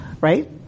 right